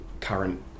current